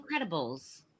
Incredibles